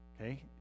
Okay